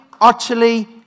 utterly